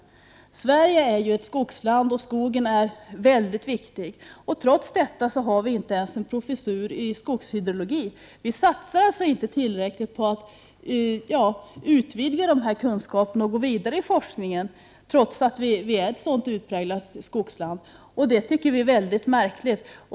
Sverige är ett skogsland, och skogen är mycket viktig. Trots detta har vi inte ens en professur i skogshydrologi. Vi satsar inte tillräckligt på att utvidga dessa kunskaper och gå vidare i forskningen fastän Sverige är ett sådant utpräglat skogsland, och det tycker miljöpartiet är mycket märkligt.